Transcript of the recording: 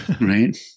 right